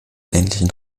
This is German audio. ländlichen